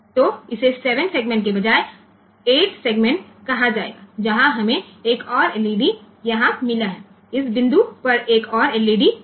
तोइसे 7 segment के बजाय 8 segment कहा जाएगा जहां हमें एक और एलईडी यहां मिला है इस बिंदु पर एक और एलईडी है